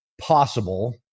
possible